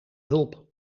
hulp